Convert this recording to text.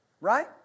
Right